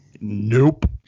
Nope